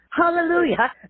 hallelujah